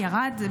ירד?